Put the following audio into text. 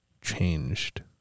changed